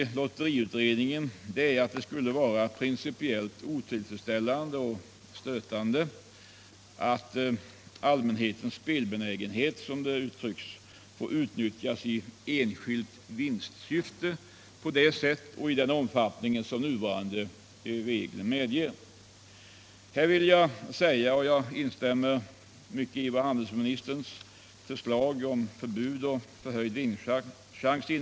Lotteriutredningen ansåg att det skulle vara principiellt otillfredsställande och stötande att allmänhetens spelbenägenhet, som det uttrycktes, får utnyttjas i enskilt vinstsyfte på det sätt och i den omfattning som nuvarande regler medger. Jag vill då säga att jag instämmer i handelsministerns förslag om förbud mot förhöjd vinstchans.